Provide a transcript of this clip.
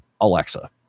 Alexa